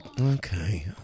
okay